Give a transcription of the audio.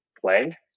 play